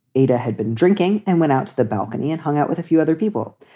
ada had been drinking and went out to the balcony and hung out with a few other people.